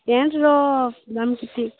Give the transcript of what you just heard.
ପ୍ୟାଣ୍ଟ୍ର ଦାମ୍ କେତେ